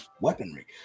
weaponry